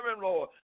Lord